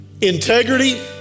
integrity